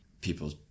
People